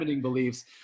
beliefs